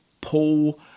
Paul